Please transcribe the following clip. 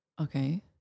Okay